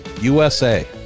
USA